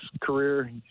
career